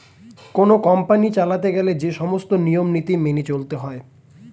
কোন কোম্পানি চালাতে গেলে যে সমস্ত নিয়ম নীতি মেনে চলতে হয়